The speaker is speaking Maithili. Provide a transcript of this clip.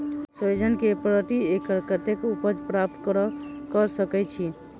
सोहिजन केँ प्रति एकड़ कतेक उपज प्राप्त कऽ सकै छी?